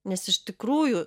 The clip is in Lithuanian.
nes iš tikrųjų